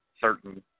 certain